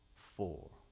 four.